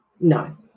No